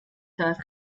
das